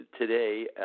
today